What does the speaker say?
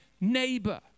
neighbor